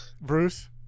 bruce